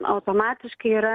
automatiškai yra